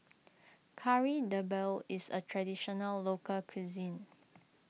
Kari Debal is a Traditional Local Cuisine